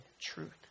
truth